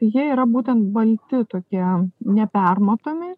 jie yra būtent balti tokie nepermatomi